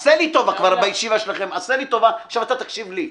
עשה לי טובה, עכשיו אתה תקשיב לי.